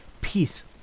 peace